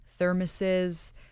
thermoses